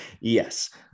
yes